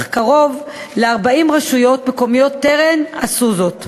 אך קרוב ל־40 רשויות מקומיות טרם עשו כן.